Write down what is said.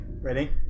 ready